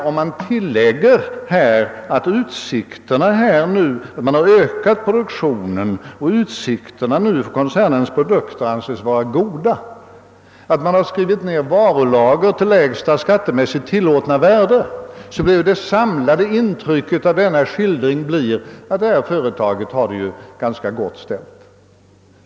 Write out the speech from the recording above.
Om man tillägger att produktionen ökats och att utsikterna för koncernens produkter anses vara goda samt att man skrivit ned varulager till det minsta skattemässigt tillåtna värdet, så blir ju det samlade intrycket av skildringen att företaget har det ganska gott ställt.